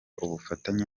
ubufatanye